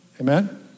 Amen